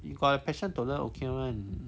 you got your passion to learn okay [one]